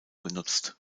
genutzt